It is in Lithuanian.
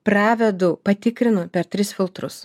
pravedu patikrinu per tris filtrus